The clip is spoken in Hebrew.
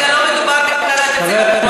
כרגע לא מדובר בכלל על תקציב,